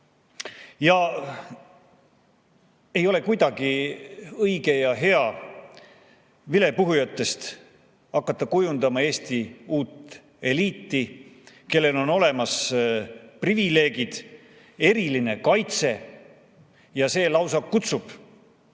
Ei ole kuidagi õige ja hea hakata vilepuhujatest kujundama Eesti uut eliiti, kellel on olemas privileegid, eriline kaitse. See lausa kutsub